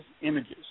images